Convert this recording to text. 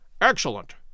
Excellent